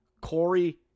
Corey